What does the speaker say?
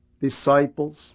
disciples